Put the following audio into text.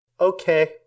Okay